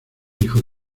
hijo